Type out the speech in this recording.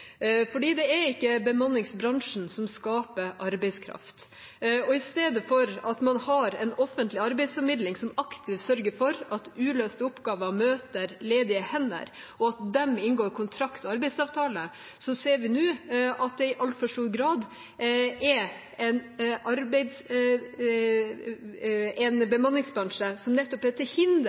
det er ikke bemanningsbransjen som skaper arbeidskraft. I stedet for at man har en offentlig arbeidsformidling som aktivt sørger for at uløste oppgaver møter ledige hender, og at de inngår kontrakt og arbeidsavtale, ser vi nå at det i altfor stor grad er en bemanningsbransje som nettopp er til hinder